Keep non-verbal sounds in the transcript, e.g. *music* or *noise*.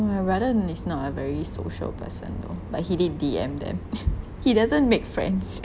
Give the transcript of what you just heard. oh I rather *noise* not a very social person though but he did D_M them *laughs* he doesn't make friends *laughs*